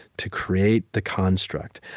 to create the construct,